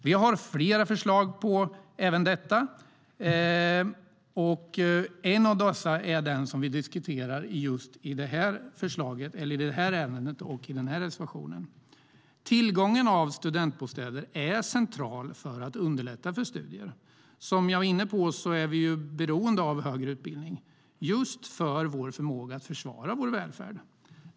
Vi har flera förslag på det, och ett är det vi diskuterar i vår reservation. Tillgången till studentbostäder är central för att underlätta för studier. Som jag var inne på är vi beroende av högre utbildning just för att kunna försvara vår välfärd.